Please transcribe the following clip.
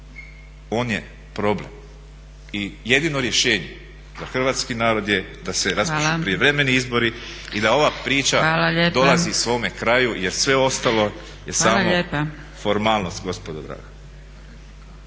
on je problem. I jedino rješenje za hrvatski narod je da se raspišu prijevremeni izbori i da ova priča dolazi svome kraju jer sve ostalo je samo formalnost gospodo draga.